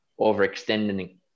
overextending